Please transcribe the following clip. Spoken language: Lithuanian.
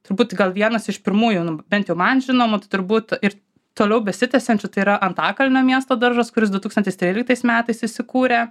turbūt gal vienas iš pirmųjų nu bent jau man žinoma tai turbūt ir toliau besitęsiančių tai yra antakalnio miesto daržas kuris du tūkstantis tryliktais metais įsikūrė